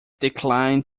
declined